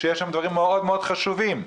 כי יש שם דברים חשובים מאוד,